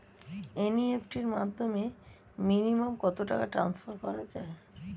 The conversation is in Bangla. এন.ই.এফ.টি র মাধ্যমে মিনিমাম কত টাকা টান্সফার করা যায়?